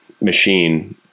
machine